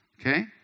Okay